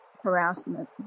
harassment